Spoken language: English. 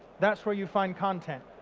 that's where you find content.